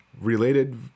related